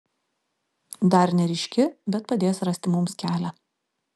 dar neryški bet padės rasti mums kelią